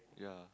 ya